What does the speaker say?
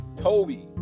Toby